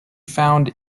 found